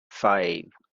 five